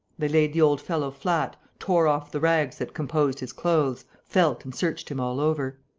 they laid the old fellow flat, tore off the rags that composed his clothes, felt and searched him all over.